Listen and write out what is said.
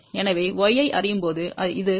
எனவே y ஐ அறியும்போது இது 1 j 2